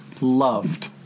loved